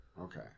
Okay